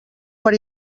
per